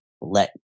let